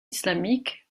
islamique